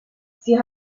sie